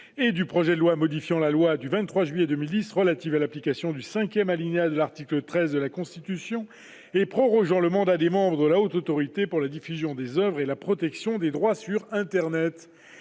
et du projet de loi modifiant la loi n° 2010-838 du 23 juillet 2010 relative à l'application du cinquième alinéa de l'article 13 de la Constitution et prorogeant le mandat des membres de la Haute Autorité pour la diffusion des oeuvres et la protection des droits sur internet